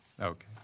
Okay